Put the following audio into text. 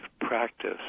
practice